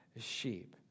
sheep